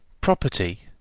property,